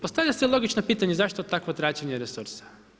Postavlja se logično pitanje, zašto takvo traćenje resursa?